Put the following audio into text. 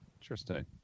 Interesting